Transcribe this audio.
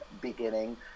beginning